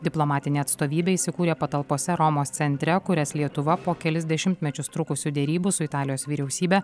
diplomatinė atstovybė įsikūrė patalpose romos centre kurias lietuva po kelis dešimtmečius trukusių derybų su italijos vyriausybe